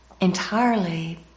entirely